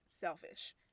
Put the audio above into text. selfish